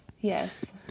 yes